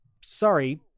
sorry